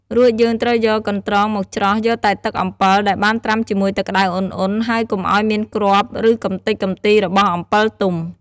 រួចយើងត្រូវយកកន្ត្រងមកច្រោះយកតែទឹកអំពិលដែលបានត្រាំជាមួយទឹកក្ដៅឧណ្ហៗ ហើយកុំអោយមានគ្រាប់ឬកម្ទេចកម្ទីរបស់អំពិលទុំ។